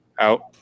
out